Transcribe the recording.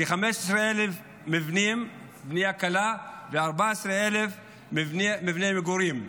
כ-15,000 מבנים בבנייה קלה ו-14,000 מבני מגורים.